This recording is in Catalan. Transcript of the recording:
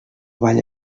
balla